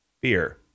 beer